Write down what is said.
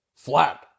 flat